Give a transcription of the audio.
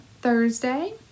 Thursday